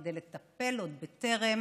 כדי לטפל עוד בטרם